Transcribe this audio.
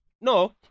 no